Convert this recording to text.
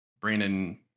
Brandon